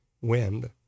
wind